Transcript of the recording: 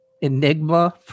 enigma